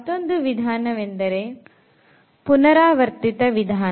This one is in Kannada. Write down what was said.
ಮತ್ತೊಂದು ವಿಧಾನವೆಂದರೆ ಪುನರಾವರ್ತಿತ ವಿಧಾನ